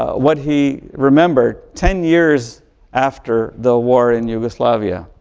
ah what he remembered ten years after the war in yugoslavia.